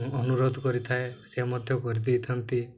ମୁଁ ଅନୁରୋଧ କରିଥାଏ ସେ ମଧ୍ୟ କରିଦେଇଥାନ୍ତି